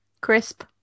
crisp